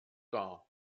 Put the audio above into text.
dar